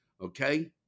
Okay